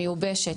מיובשת.